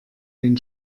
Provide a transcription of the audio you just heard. den